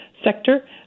sector